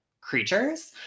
creatures